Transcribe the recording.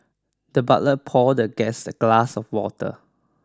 the butler poured the guest a glass of water